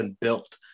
built